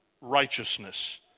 righteousness